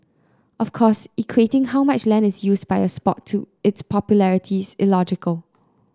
of course equating how much land is used by a sport to its popularity is illogical